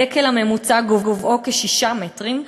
הדקל הממוצע גובהו כ-6 מטרים,